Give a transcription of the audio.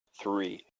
three